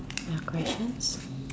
your question